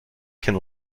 can